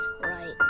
Right